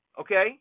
okay